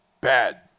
bad